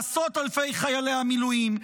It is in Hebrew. לעשרות אלפי חיילי המילואים?